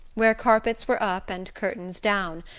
where carpets were up and curtains down,